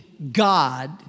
God